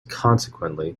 consequently